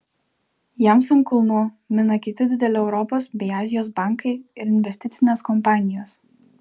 jiems ant kulnų mina kiti dideli europos bei azijos bankai ir investicinės kompanijos